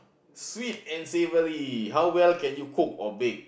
sweet and savoury how well can you cook or bake